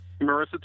Marissa